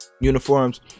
uniforms